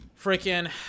Freaking